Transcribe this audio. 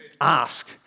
ask